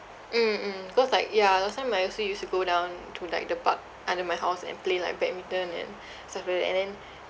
mm mm cause like ya last time I also used to go down to like the park under my house and play like badminton and stuff like that and then